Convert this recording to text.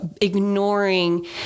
ignoring